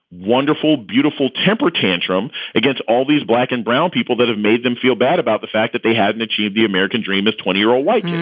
wonderful, beautiful temper tantrum against all these black and brown people that have made them feel bad about the fact that they haven't achieved the american dream is twenty year old white.